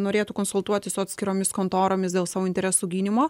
norėtų konsultuotis su atskiromis kontoromis dėl savo interesų gynimo